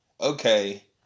okay